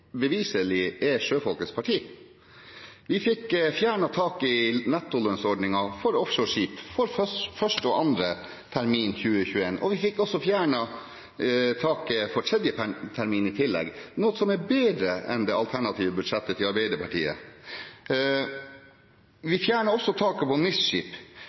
sjøfolkets parti. Vi fikk fjernet taket i nettolønnsordningen for offshoreskip for første og andre termin 2021, og vi fikk i tillegg fjernet taket for tredje termin, noe som er bedre enn det alternative budsjettet til Arbeiderpartiet. Vi fjernet også taket for NIS-skip. Vi leverer bedre på